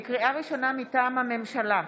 לקריאה ראשונה, מטעם הממשלה: